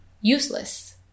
useless